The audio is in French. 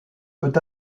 peut